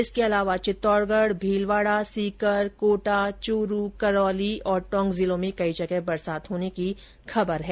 इसके अलावा चित्तौड़गढ भीलवाडा सीकर कोटा च्रू करौली और टोंक जिलों में कई जगह बरसात होने की खबर है